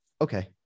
Okay